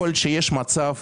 יכול להיות שיש מצב